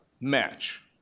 match